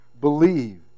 believed